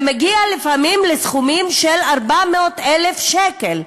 זה מגיע לפעמים לסכומים של 400,000 שקל,